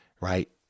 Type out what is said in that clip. right